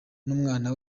n’umwana